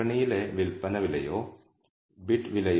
16 ആയി മാറുന്നു slope parameter 15